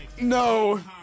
No